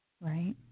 right